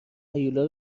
هیولا